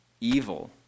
evil